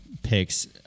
Picks